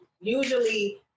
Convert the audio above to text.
Usually